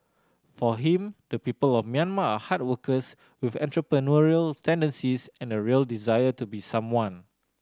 for him the people of Myanmar are hard workers with entrepreneurial tendencies and a real desire to be someone